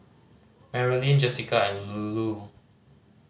Marilyn Jessika and Lulu